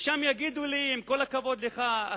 ושם יגידו לי: עם כל הכבוד לך,